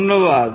ধন্যবাদ